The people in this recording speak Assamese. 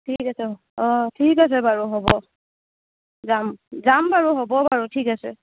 ঠিক আছে অ' ঠিক আছে বাৰু হ'ব যাম যাম বাৰু হ'ব বাৰু ঠিক আছে